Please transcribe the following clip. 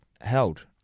Held